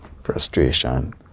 frustration